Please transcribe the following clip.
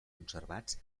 conservats